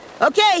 Okay